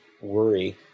worry